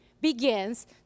begins